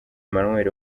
emmanuel